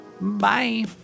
Bye